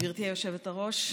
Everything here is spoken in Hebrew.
גברתי היושבת-ראש,